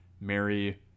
mary